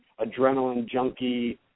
adrenaline-junkie